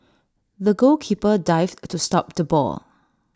the goalkeeper dived to stop the ball